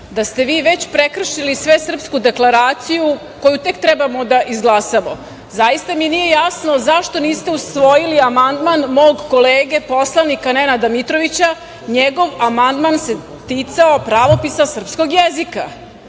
da ste vi već prekršili svesrpsku deklaraciju koju tek treba da izglasamo. Zaista mi nije jasno zašto niste usvojili amandman mog kolege poslanika Nenada Mitrovića. NJegov amandman se ticao pravopisa srpskog jezika.